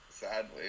sadly